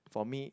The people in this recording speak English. for me